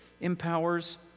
empowers